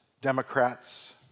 Democrats